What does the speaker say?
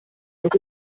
noch